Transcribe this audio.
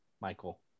Michael